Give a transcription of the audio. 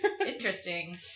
Interesting